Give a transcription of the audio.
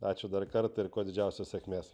ačiū dar kartą ir kuo didžiausios sėkmės